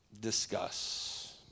discuss